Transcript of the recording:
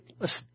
listen